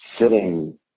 sitting